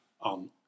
on